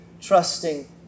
trusting